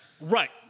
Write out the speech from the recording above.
right